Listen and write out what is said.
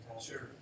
Sure